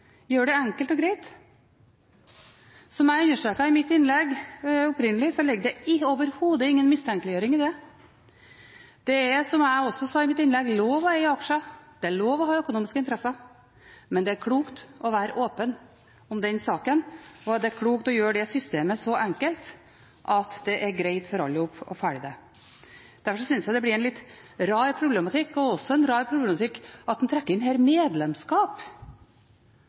det enkelt og greit? Som jeg understreket i mitt innlegg, ligger det overhodet ingen mistenkeliggjøring i dette. Det er, som jeg også sa i mitt innlegg, lov å eie aksjer, det er lov å ha økonomiske interesser. Men det er klokt å være åpen om den saken, og det er klokt å gjøre det systemet så enkelt at det er greit for alle å følge det. Derfor synes jeg det blir en litt rar problematikk, og også en rar problematikk at en her trekker inn medlemskap.